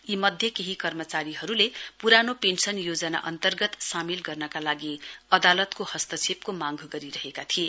यी मध्ये केही कर्मचारीहरूले प्रानो पेन्शन योजना अन्तर्गत सामेल गर्नका लागि अदालतको हस्तक्षेपको मांग गरिरहेका थिए